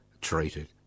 treated